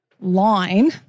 line